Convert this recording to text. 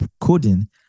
coding